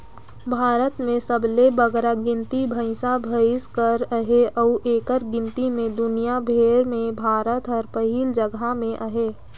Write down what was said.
भारत में सबले बगरा गिनती भंइसा भंइस कर अहे अउ एकर गिनती में दुनियां भेर में भारत हर पहिल जगहा में अहे